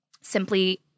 simply